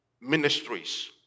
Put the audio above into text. ministries